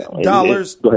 dollars